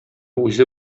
үзе